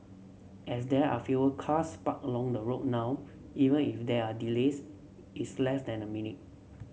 as there are fewer cars parked along the road now even if they are delays it's less than a minute